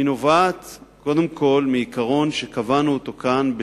היא נובעת קודם כול מעיקרון שקבענו כאן,